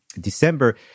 December